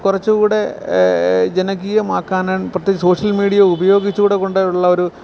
കുറച്ചും കൂടെ ജനകീയമാക്കാനാണ് പ്രത്യേകിച്ച് സോഷ്യൽ മീഡിയ ഉപയോഗിച്ചും കൂടെ കൊണ്ട് ഉള്ള ഒരു